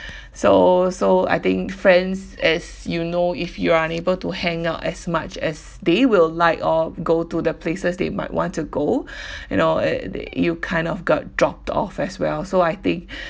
so so I think friends as you know if you are unable to hang out as much as they will like or go to the places they might want to go you know uh they you kind of got dropped off as well so I think